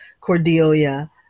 Cordelia